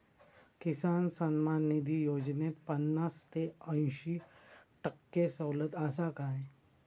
किसान सन्मान निधी योजनेत पन्नास ते अंयशी टक्के सवलत आसा काय?